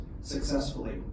successfully